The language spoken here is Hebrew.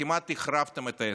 וכמעט החרבתם את העסק.